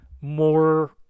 more